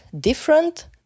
different